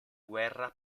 guerra